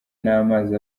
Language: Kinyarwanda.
n’amazi